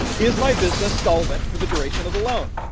is my business solvent for the duration of the loan?